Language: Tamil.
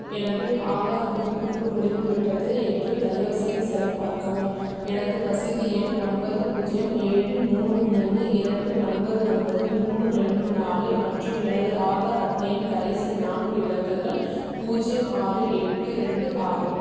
எனது ஆதார் புதுப்பிப்பு முடிந்துவிட்டது என்று தயவுசெய்து சரிபார்க்கவும் எனது ரசீது எண் ஒன்பது பூஜ்யம் ஏழு மூணு மூணு இரண்டு ஒன்பது ஒன்பது மூணு ரெண்டு நாலு மற்றும் எனது ஆதார் அட்டையின் கடைசி நான்கு இலக்குகள் பூஜ்யம் ஆறு எட்டு ரெண்டு ஆகும்